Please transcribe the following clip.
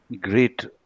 Great